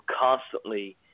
constantly